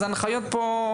אז ההנחיות פה,